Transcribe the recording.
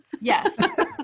Yes